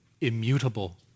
immutable